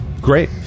Great